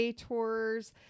tours